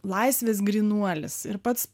laisvės grynuolis ir pats